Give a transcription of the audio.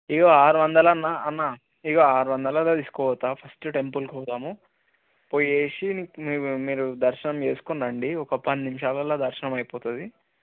ఇదిగో ఆరు వందల అన్న అన్న ఇదిగో ఆరు వందలలో తీసుకుపోతాను ఫస్టు టెంపుల్కి పోదాము పోయి మీ మీరు దర్శనం చేసుకుని రండి ఒక పది నిమిషాలలో దర్శనం అయిపోతుంది